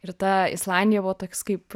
ir ta islandija buvo toks kaip